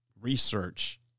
research